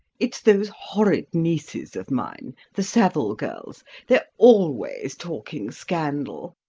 it's those horrid nieces of mine the saville girls they're always talking scandal.